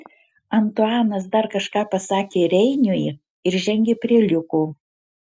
antuanas dar kažką pasakė reiniui ir žengė prie liuko